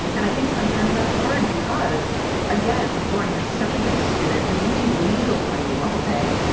and i think sometimes that's hard because again, lauren, you're such a good student. you're reading legal writing all day.